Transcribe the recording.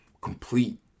complete